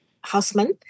houseman